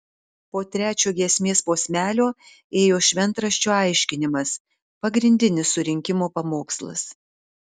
po trečio giesmės posmelio ėjo šventraščio aiškinimas pagrindinis surinkimo pamokslas